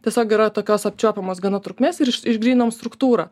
tiesiog yra tokios apčiuopiamos gana trukmės ir iš išgryninom struktūrą